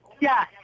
Yes